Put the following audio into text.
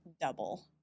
double